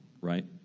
right